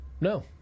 No